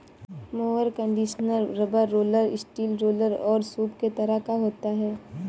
mower conditioner rubber roller, steel roller और सूप के तरह का होता है